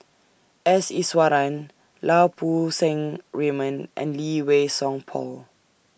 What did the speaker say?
S Iswaran Lau Poo Seng Raymond and Lee Wei Song Paul